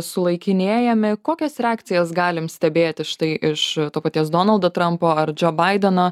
sulaikinėjami kokias reakcijas galim stebėti štai iš to paties donaldo trampo ar džo baideno